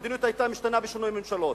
המדיניות היתה משתנה בשינוי ממשלות.